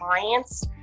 clients